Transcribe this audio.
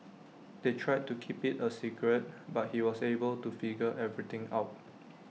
they tried to keep IT A secret but he was able to figure everything out